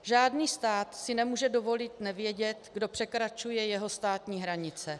Žádný stát si nemůže dovolit nevědět, kdo překračuje jeho státní hranice.